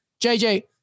JJ